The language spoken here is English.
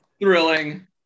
Thrilling